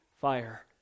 fire